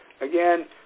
again